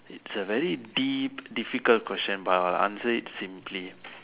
it's a very deep and difficult question but I will answer it simply